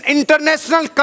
International